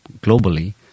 globally